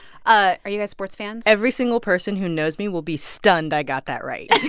ah are you guys sports fan? every single person who knows me will be stunned i got that right